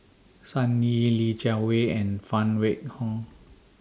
Sun Yee Li Jiawei and Phan Wait Hong